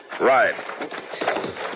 Right